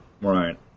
Right